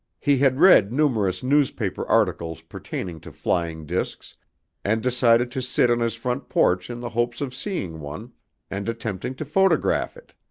he had read numerous newspaper articles pertaining to flying discs and decided to sit on his front porch in the hopes of seeing one and attempting to photograph it.